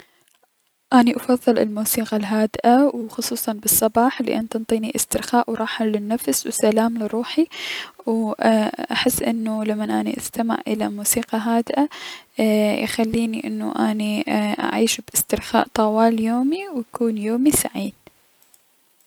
اني افضل الموسيقى الهادئة و خصوصا بالصباح لأن تنطيني استرخاء و راحة للنفس و سلام لروحي وو اي احس انو لمن اني استمع لموسيقى هادئة، ايي- يخليني انو اني اعيش بأسترخاء طوال يومي و و يكون يومي سعيد.